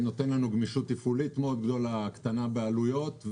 זה נותן לנו גמישות תפעולית גדולה מאוד והקטנת עלויות,